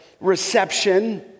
reception